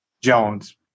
Jones